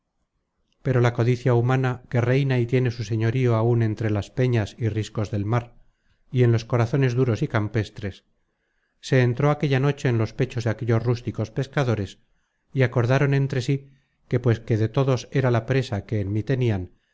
pero la codicia humana que reina y tiene su señorío áun entre las peñas y riscos del mar y en los corazones duros y campestres se entró aquella noche en los pechos de aquellos rústicos pescadores y acordaron entre sí que pues de todos era la presa que en mí tenian